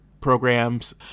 programs